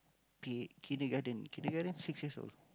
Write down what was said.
P_A~ Kindergarten Kindergarten six years old